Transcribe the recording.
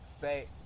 say